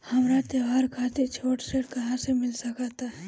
हमरा त्योहार खातिर छोट ऋण कहाँ से मिल सकता?